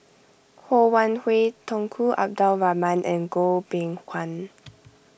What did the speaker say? Ho Wan Hui Tunku Abdul Rahman and Goh Beng Kwan